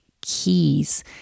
keys